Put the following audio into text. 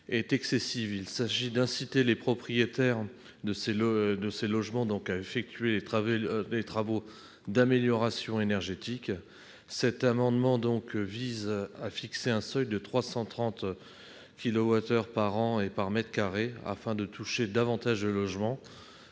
Il s'agit d'inciter les propriétaires de ces logements à effectuer des travaux d'amélioration énergétique. Nous proposons de fixer un seuil de 330 kilowattheures par an et par mètre carré, afin de toucher davantage de logements